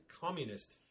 communist